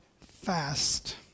fast